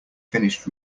finished